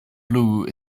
blue